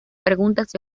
preguntas